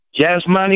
Jasmine